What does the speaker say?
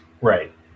Right